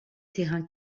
terrains